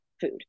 food